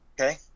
Okay